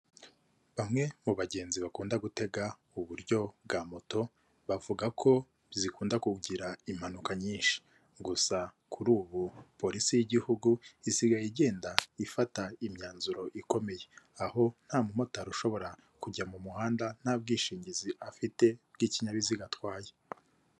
Bamwe mu bagenzi bakunda gutega uburyo bwa moto bavuga ko zikunda kugira impanuka nyinshi, gusa kuri ubu polisi y'igihugu isigaye igenda ifata imyanzuro ikomeye, aho nta mumotari ushobora kujya mu muhanda nta bwishingizi afite bw'ikinyabiziga atwaye.